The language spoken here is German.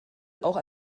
auch